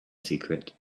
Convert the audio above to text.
secret